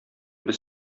без